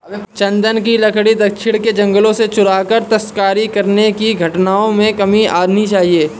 चन्दन की लकड़ी दक्षिण के जंगलों से चुराकर तस्करी करने की घटनाओं में कमी आनी चाहिए